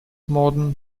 modern